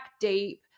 deep